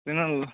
ᱛᱤᱱᱟ ᱜ ᱞᱚ